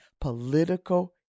political